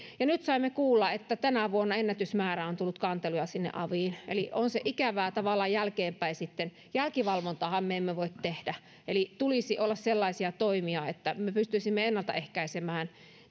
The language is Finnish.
ja nyt saimme kuulla että tänä vuonna ennätysmäärä on tullut kanteluja sinne aveihin eli on se ikävää tavallaan jälkeenpäin jälkivalvontaahan me emme voi tehdä eli tulisi olla sellaisia toimia että me pystyisimme ennaltaehkäisemään